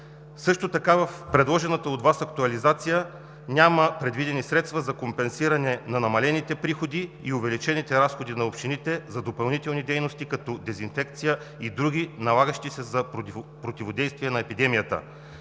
Също така в предложената от Вас актуализация няма предвидени средства за компенсиране на намалените приходи и увеличените разходи на общините за допълнителни дейности като дезинфекция и други, налагащи се за противодействие на епидемията.